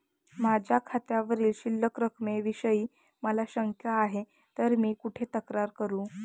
माझ्या खात्यावरील शिल्लक रकमेविषयी मला शंका आहे तर मी कुठे तक्रार करू?